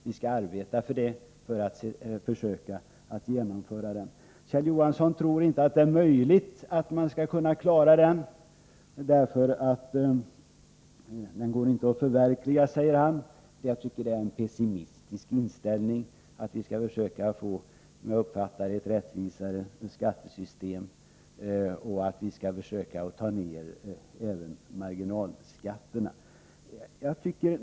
Vi skall arbeta för att försöka genomföra den. Kjell Johansson tror inte att det är möjligt att klara reformen. Den går inte att förverkliga, säger han. Jag tycker att det är en pessimistisk inställning. Vi skall försöka få ett, som jag uppfattar det, rättvisare skattesystem, och vi skall försöka få ner även marginalskatterna.